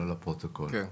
לא לפרוטוקול.